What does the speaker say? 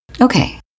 Okay